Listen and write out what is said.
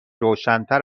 روشنتر